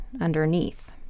underneath